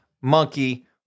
monkey